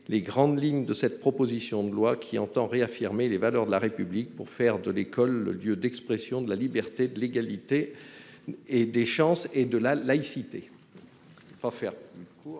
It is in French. ses grandes lignes à la proposition de loi qui entend réaffirmer les valeurs de la République pour faire de l'école le lieu où s'expriment la liberté, l'égalité des chances et la laïcité.